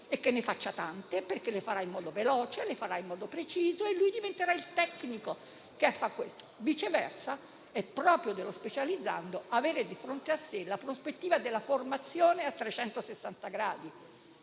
e che ne faccia tante, perché le fa in modo veloce e preciso, e così diventerà un tecnico specializzato. Viceversa, è proprio dello specializzando avere di fronte a sé la prospettiva di una formazione a 360 gradi.